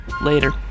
Later